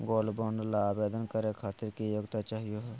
Gold bond ल आवेदन करे खातीर की योग्यता चाहियो हो?